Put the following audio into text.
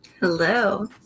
hello